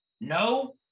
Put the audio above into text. No